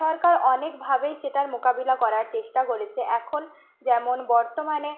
সরকার অনেকভাবেই সেটার মোকাবিলা করার চেষ্টা করেছে এখন যেমন বর্তমানে